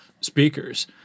speakers